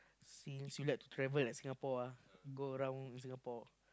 since you like to travel like Singapore ah go around in Singapore